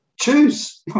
choose